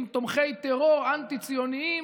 עם תומכי טרור אנטי-ציונים,